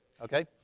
Okay